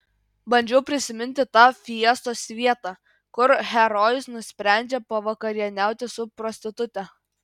bandžiau prisiminti tą fiestos vietą kur herojus nusprendžia pavakarieniauti su prostitute